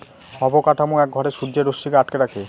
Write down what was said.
অবকাঠামো এক ঘরে সূর্যের রশ্মিকে আটকে রাখে